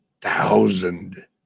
thousand